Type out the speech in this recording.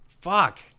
Fuck